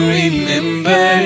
remember